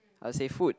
I'll say food